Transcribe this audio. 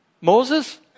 Moses